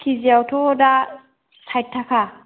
किजियावथ' दा साइत थाखा